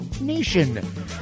nation